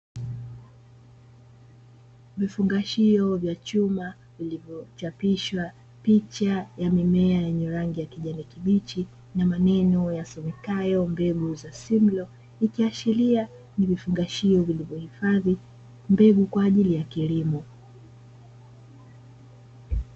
Vifungashio vya chuma vilivyochapishwa picha ya mimea yenye rangi ya kijani kibichi, na maneno yasomekayo mbegu za simlo, ikiashiria ni vifungashio vyenye kuhifadhi mbegu kwa ajili ya kilimo.